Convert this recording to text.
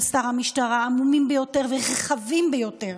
עמומים ביותר ורחבים ביותר.